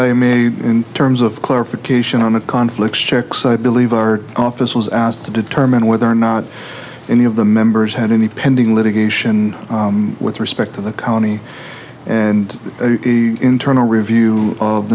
n terms of clarification on the conflicts checks i believe our office was asked to determine whether or not any of the members had any pending litigation with respect to the county and internal review of